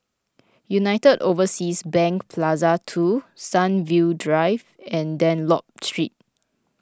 United Overseas Bank Plaza two Sunview Drive and Dunlop Street